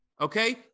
okay